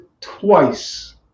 twice